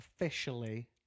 officially